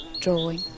drawing